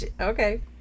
okay